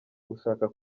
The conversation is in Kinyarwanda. gushaka